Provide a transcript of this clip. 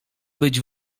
być